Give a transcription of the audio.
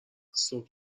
صبح